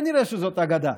כנראה זאת אגדה,